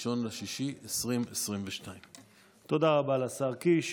1 ביוני 2022. תודה רבה לשר קיש.